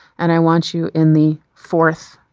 and i want you in the fourth.